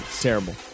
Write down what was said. Terrible